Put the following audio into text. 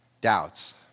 doubts